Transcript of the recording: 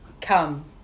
come